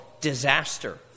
disaster